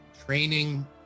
training